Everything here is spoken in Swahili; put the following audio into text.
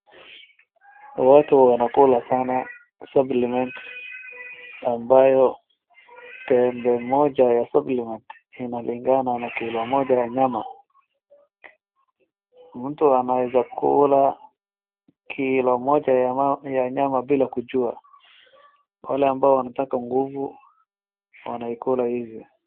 Watu wanakula sana supplement ambayo tembe moja ya supplement inalingana na kilo moja ya nyama. Mtu anaweza kula kilo moja ya nyama bila kujua. Wale ambao wanataka nguvu wanaikula hizi.